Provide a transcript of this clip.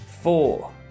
four